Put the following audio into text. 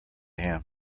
him